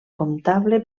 comptable